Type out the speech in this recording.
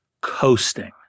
Coasting